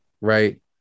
right